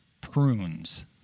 prunes